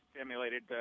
simulated